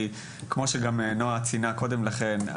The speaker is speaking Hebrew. כפי שנועה ציינה קודם לכן,